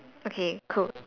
okay cool